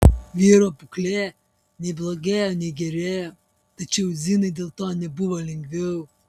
vyro būklė nei blogėjo nei gerėjo tačiau zinai dėl to nebuvo lengviau